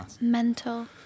mental